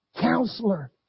Counselor